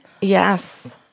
Yes